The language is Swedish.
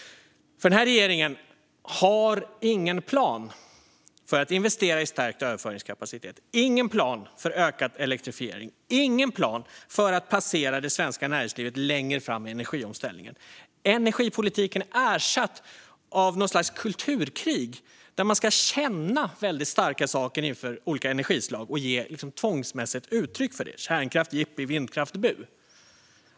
Regeringen har ingen plan för att investera i stärkt överföringskapacitet, ingen plan för ökad elektrifiering, ingen plan för att placera det svenska näringslivet längre fram i energiomställningen. Energipolitiken är ersatt av något slags kulturkrig där man ska känna väldigt starka saker om olika energislag och ge tvångsmässigt uttryck för detta - kärnkraft jippi, vindkraft bu!